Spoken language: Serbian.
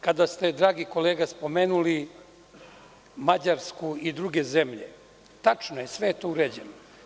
Kada ste, dragi kolega, spomenuli Mađarsku i druge zemlje, tačno je, sve je to uređeno.